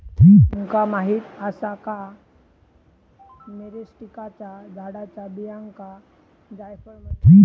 तुमका माहीत आसा का, मिरीस्टिकाच्या झाडाच्या बियांका जायफळ म्हणतत?